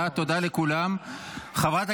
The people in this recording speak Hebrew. חברי